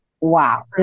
Wow